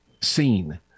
seen